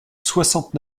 soixante